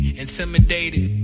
intimidated